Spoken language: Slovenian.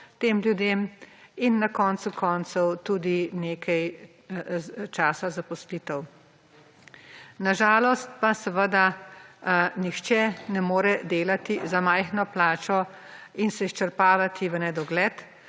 tem ljudem in na koncu koncev tudi nekaj časa zaposlitev. Na žalost pa seveda nihče ne more delati za majhno plačo in se izčrpavati v nedogled.